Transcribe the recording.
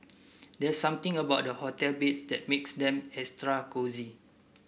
there's something about hotel beds that makes them extra cosy